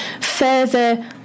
further